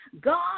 God